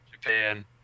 Japan